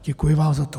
Děkuji vám za to.